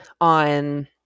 on